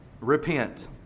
Repent